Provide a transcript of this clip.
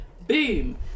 boom